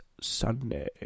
Sunday